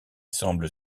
semble